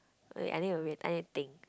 wait I need to read I need to think